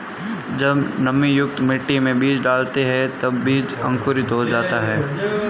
जब नमीयुक्त मिट्टी में बीज डालते हैं तब बीज अंकुरित हो जाता है